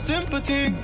Sympathy